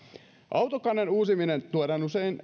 autokannan uusiminen tuodaan usein